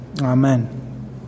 Amen